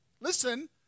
Listen